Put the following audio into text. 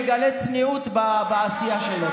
בוא, שכל אחד מכם יגלה צניעות בעשייה שלו.